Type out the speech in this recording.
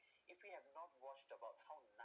if we have not watched about how I